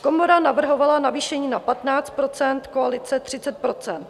Komora navrhovala navýšení na 15 %, koalice 30 %.